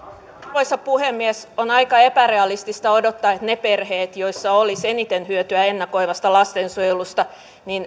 arvoisa puhemies on aika epärealistista odottaa että ne perheet joissa olisi eniten hyötyä ennakoivasta lastensuojelusta